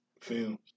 Films